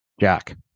Jack